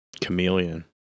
Chameleon